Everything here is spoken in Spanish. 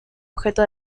objeto